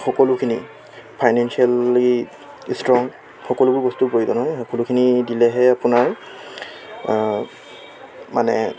সকলোখিনি financially strong সকলোবোৰ বস্তুৰ প্ৰয়োজন হয় সকলোখিনি দিলেহে আপোনাৰ মানে